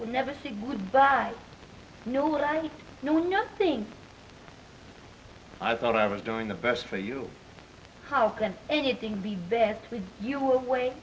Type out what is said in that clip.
should never say goodbye you know what i know nothing i thought i was doing the best for you how can anything be bad three you away